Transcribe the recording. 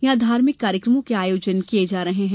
यहां धार्मिक कार्यक्रमों के आयोजन किये जा रहे हैं